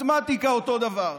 מתמטיקה, אותו דבר.